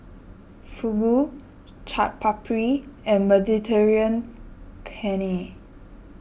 Fugu Chaat Papri and Mediterranean Penne